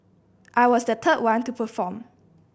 I was the third one to perform